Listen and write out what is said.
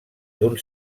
d’un